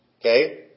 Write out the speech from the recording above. Okay